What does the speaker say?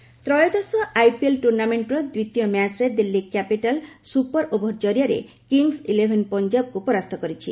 IPL ତ୍ରୟୋଦଶ IPL ଟ୍ରୁର୍ଷାମେଣ୍ଟର ଦ୍ୱିତୀୟ ମ୍ୟାଚ୍ରେ ଦିଲ୍ଲୀ କ୍ୟାପିଟାଲ୍ ସୁପର୍ ଓଭର୍ କରିଆରେ କିଙ୍ଗ୍ସ୍ ଇଲେଭେନ୍ ପଞ୍ଜାବକୁ ପରାସ୍ତ କରିଛି